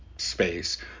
space